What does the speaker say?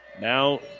Now